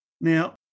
Now